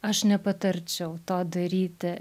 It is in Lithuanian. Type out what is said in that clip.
aš nepatarčiau to daryti